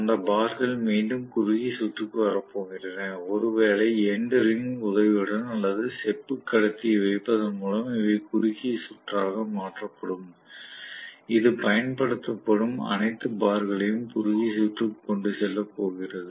அந்த பார்கள் மீண்டும் குறுகிய சுற்றுக்கு வரப்போகின்றன ஒருவேளை எண்டு ரிங் உதவியுடன் அல்லது அது செப்பு கடத்தியை வைப்பதன் மூலம் இவை குறுகிய சுற்றாக மாற்றப்படும் இது பயன்படுத்தப் படும் அனைத்து பார்களையும் குறுகிய சுற்றுக்கு கொண்டு செல்லப்போகிறது